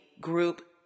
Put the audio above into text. Group